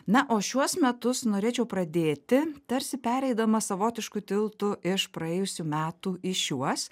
na o šiuos metus norėčiau pradėti tarsi pereidama savotišku tiltu iš praėjusių metų į šiuos